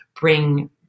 bring